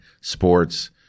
sports